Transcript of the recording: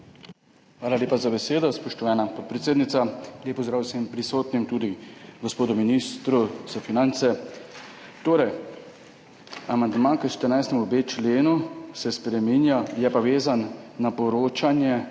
Hvala lepa za besedo, spoštovana podpredsednica. Lep pozdrav vsem prisotnim, tudi gospodu ministru za finance! Amandma k 14.b členu spreminja – je pa vezan na poročanje